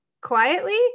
quietly